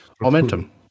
momentum